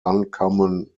uncommon